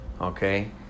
okay